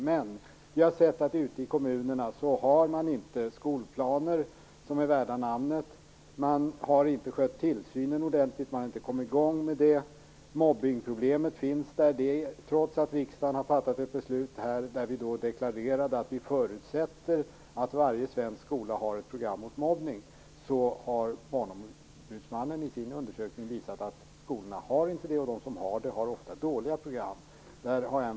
Men vi har sett att man ute i kommunerna har skolplaner som inte är värda namnet. Man har inte skött tillsynen ordentligt och problemen med mobbning förekommer fortfarande. Trots att vi här i riksdagen har fattat ett beslut, där vi deklarerade att vi förutsatte att varje svensk skola hade ett program mot mobbning, har Barnombudsmannen i sin undersökning visat att skolorna saknar sådana program och att programmen i de skolor som har sådana ofta är dåliga.